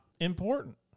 important